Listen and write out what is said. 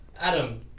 Adam